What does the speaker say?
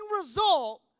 result